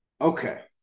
Okay